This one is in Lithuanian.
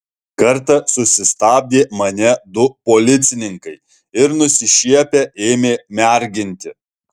kartą susistabdė mane du policininkai ir nusišiepę ėmė merginti